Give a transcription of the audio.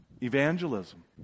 evangelism